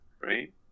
right